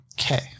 Okay